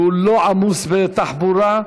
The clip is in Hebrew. שהוא לא עמוס בתחבורה: